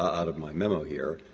out of my memo here.